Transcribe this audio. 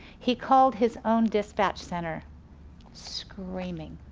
he called his own dispatch center screaming,